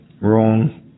wrong